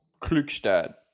Klukstad